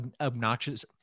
obnoxious